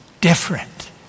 different